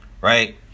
right